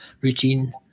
routine